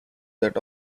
that